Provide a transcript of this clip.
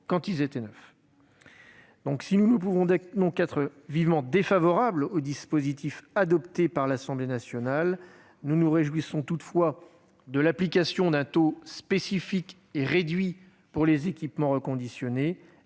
quand ils étaient neufs. Si nous ne pouvons donc qu'être vivement défavorables au dispositif adopté par l'Assemblée nationale, nous nous réjouissons toutefois de l'application d'un taux spécifique et réduit pour les équipements reconditionnés,